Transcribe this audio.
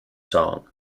song